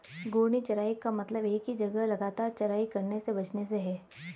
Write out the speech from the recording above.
घूर्णी चराई का मतलब एक ही जगह लगातार चराई करने से बचने से है